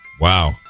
wow